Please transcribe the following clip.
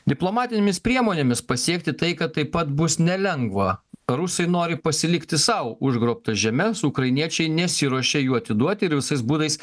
diplomatinėmis priemonėmis pasiekti taiką taip pat bus nelengva rusai nori pasilikti sau užgrobtas žemes ukrainiečiai nesiruošia jų atiduoti ir visais būdais